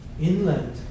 Inland